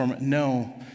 No